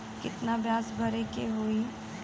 कितना ब्याज भरे के होई?